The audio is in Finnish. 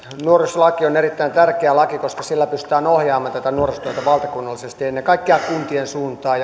nuorisolaki on erittäin tärkeä laki koska sillä pystytään ohjaamaan tätä nuorisotyötä valtakunnallisesti ennen kaikkea kuntien suuntaan